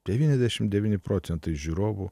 devyniasdešimt devyni procentai žiūrovų